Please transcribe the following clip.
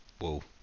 Whoa